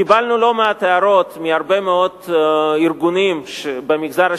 קיבלנו לא מעט הערות מהרבה מאוד ארגונים במגזר השלישי,